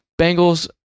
Bengals